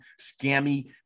scammy